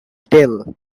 tell